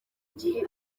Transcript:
gihe